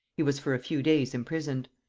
he was for a few days imprisoned.